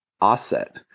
offset